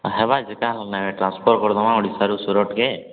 ହେବ ଯେ କାଇଁ ହେବ ନାଇଁ ଟ୍ରାନ୍ସଫର୍ କରିଦେବା ଓଡ଼ିଶାରୁ ସୁରଟ୍କୁ